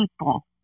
people